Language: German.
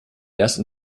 ersten